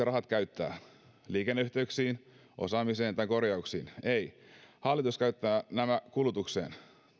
rahat käyttää liikenneyhteyksiin osaamiseen tai korjauksiin ei hallitus käyttää nämä kulutukseen